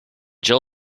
jill